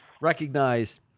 recognize